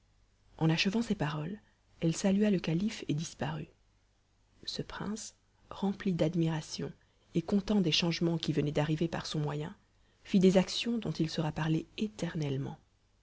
en achevant ces paroles elle salua le calife et disparut ce prince rempli d'admiration et content des changements qui venaient d'arriver par son moyen fit des actions dont il sera parlé éternellement